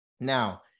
Now